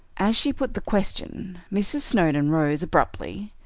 as she put the question, mrs. snowdon rose abruptly,